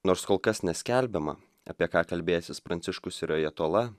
nors kol kas neskelbiama apie ką kalbėsis pranciškus ir ajatola